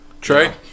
Trey